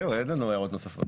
זהו, אין לנו הערות נוספות.